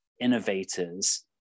innovators